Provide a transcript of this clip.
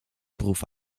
proef